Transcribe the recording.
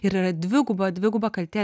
ir yra dviguba dviguba kaltė